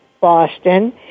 Boston